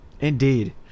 indeed